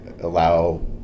allow